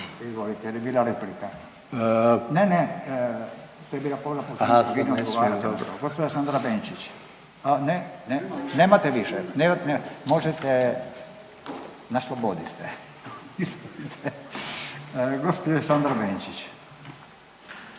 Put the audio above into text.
Gospođa Sandra Benčić.